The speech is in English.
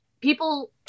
people